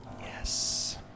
Yes